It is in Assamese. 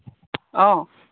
অঁ